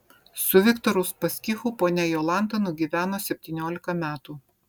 su viktoru uspaskichu ponia jolanta nugyveno septyniolika metų